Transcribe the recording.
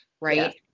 Right